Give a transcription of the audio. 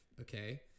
okay